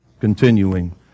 continuing